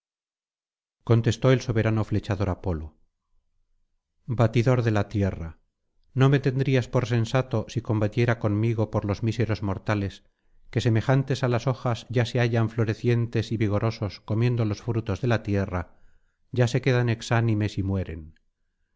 contestó el soberano flechador apolo batidor de la tierral no me tendrías por sensato si combatiera contigo por los míseros mortales que semejantes á las hojas ya se hallan florecientes y vigorosos comiendo los frutos de la tierra ya se quedan exánimes y mueren